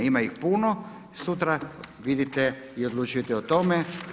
Ima ih puno, sutra vidite i odlučujete o tome.